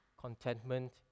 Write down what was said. contentment